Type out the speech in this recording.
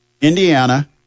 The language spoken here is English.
Indiana